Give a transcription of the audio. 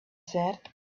said